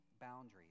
boundaries